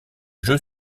jeu